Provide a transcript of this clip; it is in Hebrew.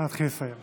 נא להתחיל לסיים.